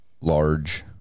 large